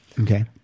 okay